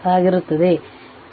ಆಗಿರುತ್ತದೆ